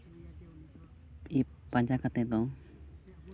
ᱯᱟᱸᱡᱟ ᱠᱟᱛᱮ ᱫᱚ